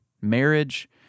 marriage